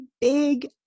big